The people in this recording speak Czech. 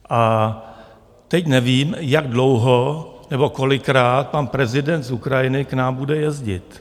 A teď nevím, jak dlouho nebo kolikrát pan prezident z Ukrajiny k nám bude jezdit.